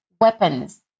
weapons